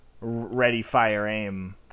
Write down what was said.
ready-fire-aim